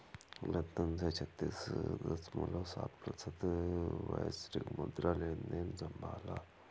London ने छत्तीस दश्मलव सात प्रतिशत वैश्विक मुद्रा लेनदेन संभाला